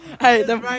Hey